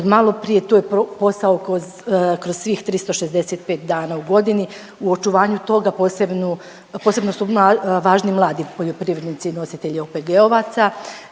Od malo prije to je posao kroz svih 365 dana u godini. U očuvanju toga posebno su važni mladi poljoprivrednici i nositelji OPG-ovaca.